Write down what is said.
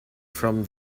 from